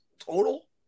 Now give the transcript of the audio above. total